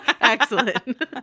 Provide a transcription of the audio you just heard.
Excellent